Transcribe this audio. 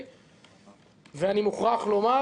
אני מוכרח לומר